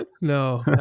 No